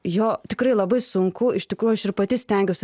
jo tikrai labai sunku iš tikrųjų aš ir pati stengiuosi